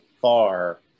far